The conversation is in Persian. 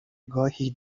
گاهی